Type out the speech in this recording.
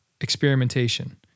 experimentation